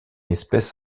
espèce